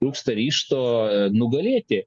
trūksta ryžto nugalėti